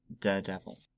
daredevil